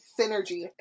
synergy